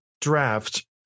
draft